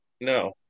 No